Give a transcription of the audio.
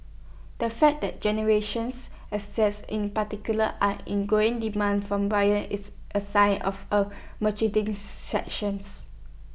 the fact that generations assets in particular are in growing demand from buyers is A sign of A sections